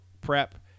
prep